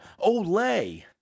Olay